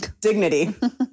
dignity